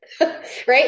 right